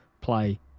play